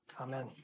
amen